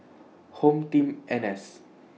HomeTeam N S